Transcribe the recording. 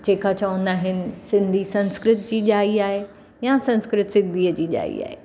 जेका चवंदा आहिनि सिंधी संस्कृत जी ॼावी आहे या संस्कृत सिंधीअ जी ॼावी आहे